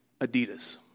Adidas